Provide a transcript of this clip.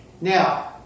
Now